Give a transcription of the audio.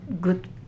good